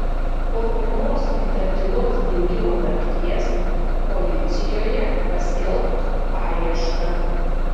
po pirmos įtartinos dingimo nakties policijoje paskelbk paiešką